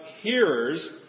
hearers